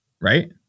Right